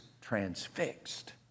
transfixed